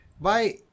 bye